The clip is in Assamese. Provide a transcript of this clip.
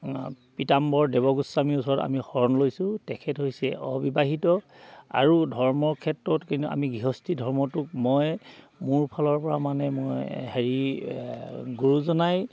পিতাম্বৰ দেৱগোস্বামীৰ ওচৰত আমি শৰণ লৈছোঁ তেখেত হৈছে অবিবাহিত আৰু ধৰ্মৰ ক্ষেত্ৰত কিন্তু আমি গৃহস্থী ধৰ্মটোক মই মোৰ ফালৰ পৰা মানে মই হেৰি গুৰুজনাই